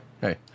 hey